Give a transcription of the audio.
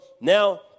now